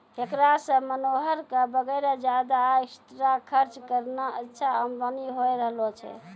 हेकरा सॅ मनोहर कॅ वगैर ज्यादा एक्स्ट्रा खर्च करनॅ अच्छा आमदनी होय रहलो छै